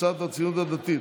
קבוצת סיעת הציונות הדתית,